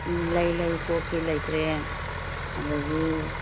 ꯎꯝ ꯂꯩ ꯂꯩ ꯀꯣꯛꯀꯤ ꯂꯩꯇ꯭ꯔꯦ ꯑꯗꯨꯗꯒꯤ